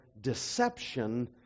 deception